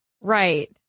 right